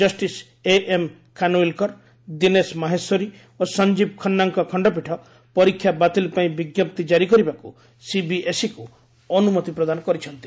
justice A M Khanwilkar Dinesh Maheshwari ଓ ସଞ୍ଜୀବ ଖନ୍ନାଙ୍କ ଖଣ୍ଡପୀଠ ପରୀକ୍ଷା ବାତିଲ ପାଇଁ ବିଞ୍ଜପ୍ତି ଜାରି କରିବାକୁ ସିବିଏସ୍ଇକୁ ଅନୁମତି ପ୍ରଦାନ କରିଛନ୍ତି